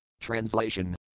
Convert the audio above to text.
Translation